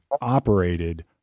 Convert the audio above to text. operated